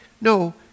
No